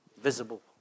visible